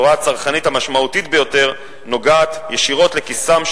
הבשורה הצרכנית המשמעותית ביותר הנוגעת ישירות לכיסם של